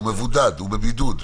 הוא בבידוד,